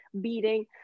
beating